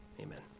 Amen